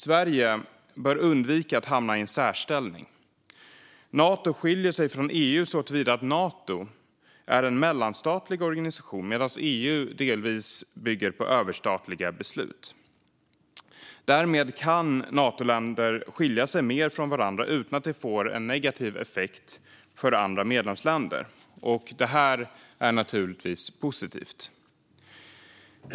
Sverige bör undvika att hamna i en särställning. Nato skiljer sig från EU såtillvida att Nato är en mellanstatlig organisation, medan EU delvis bygger på överstatliga beslut. Därmed kan Natoländer skilja sig mer från varandra utan att det får negativ effekt för andra medlemsländer. Det är naturligtvis positivt.